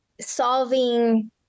solving